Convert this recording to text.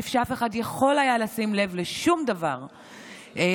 בלי שאף אחד יכול היה לשים לב לשום דבר שקורה,